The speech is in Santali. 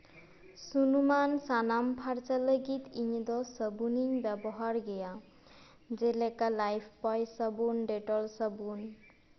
ᱥᱩᱱᱩᱢᱟᱱ ᱥᱟᱱᱟᱢ ᱯᱷᱟᱨᱪᱟ ᱞᱟᱹᱜᱤᱫ ᱤᱧ ᱫᱚ ᱥᱟᱹᱵᱩᱱᱤᱧ ᱵᱮᱵᱚᱦᱟᱨ ᱜᱮᱭᱟ ᱡᱮᱞᱮᱠᱟ ᱞᱟᱭᱤᱯᱷᱵᱚᱭ ᱥᱟᱵᱚᱱ ᱰᱮᱴᱚᱞ ᱥᱟᱵᱚᱱ